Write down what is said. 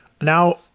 Now